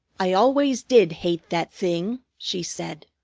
i always did hate that thing, she said.